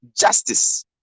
justice